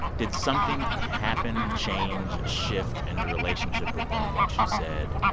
did something happen, change, shift in your relationship with them once you said,